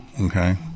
okay